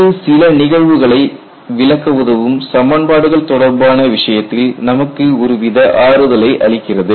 இது சில நிகழ்வுகளை விளக்க உதவும் சமன்பாடுகள் தொடர்பான விஷயத்தில் நமக்கு ஒருவித ஆறுதலை அளிக்கிறது